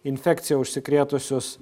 infekcija užsikrėtusius